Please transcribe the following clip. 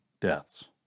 deaths